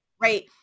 Right